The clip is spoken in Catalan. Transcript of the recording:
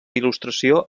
il·lustració